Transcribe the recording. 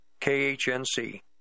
KHNC